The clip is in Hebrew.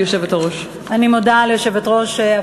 תודה, גברתי היושבת-ראש.